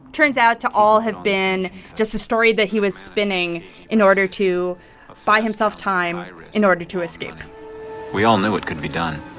turns out to all have been just a story that he was spinning in order to buy himself time in order to escape we all knew it couldn't be done.